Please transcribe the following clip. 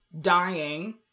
dying